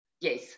Yes